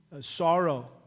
sorrow